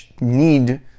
need